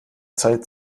zeit